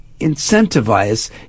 incentivize